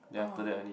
orh